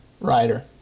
rider